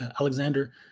Alexander